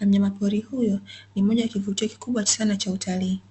na mnyama pori huyo ni moja ya kivutio kikubwa sana cha utalii.